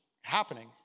happening